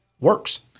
works